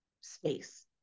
space